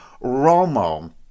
Romo